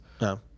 No